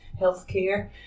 Healthcare